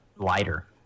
lighter